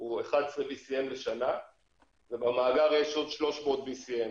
הוא 11 BCM לשנה ובמאגר יש עוד 300 BCM,